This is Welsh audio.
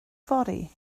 fory